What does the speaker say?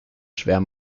schwer